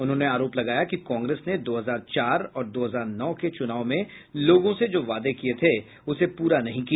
उन्होंने आरोप लगाया कि कांग्रेस ने दो हजार चार और दो हजार नौ के च्रनाव में लोगों से जो वादे किये थे उसे प्रा नहीं किया